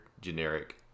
generic